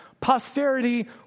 Posterity